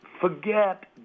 forget